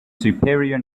superior